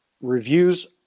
reviews